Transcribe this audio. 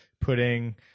putting